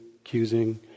accusing